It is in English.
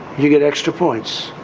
you get extra points.